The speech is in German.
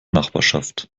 nachbarschaft